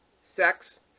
sex